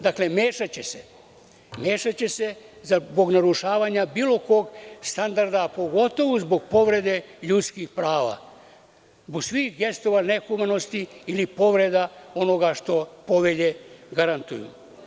Dakle, mešaće se zbog narušavanja bilo kog standarda, a pogotovo zbog povrede ljudskih prava, zbog svih gestova nehumanosti ili povreda onoga što povelje garantuju.